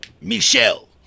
Michelle